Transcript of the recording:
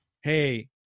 Hey